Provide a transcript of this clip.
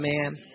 Amen